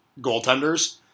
goaltenders